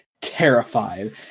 terrified